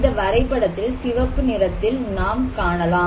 இந்த வரைபடத்தில் சிவப்பு நிறத்தில் நாம் காணலாம்